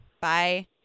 Bye